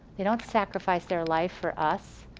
they don't sacrifice their life for us.